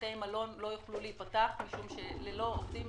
בתי המלון לא יוכלו להיפתח משום שללא העובדים